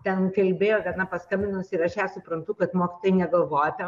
ten kalbėjo gana paskambinusi ir aš ją suprantu kad mokytojai negalvoja apie